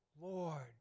Lord